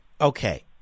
okay